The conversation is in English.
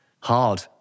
hard